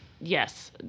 yes